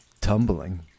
tumbling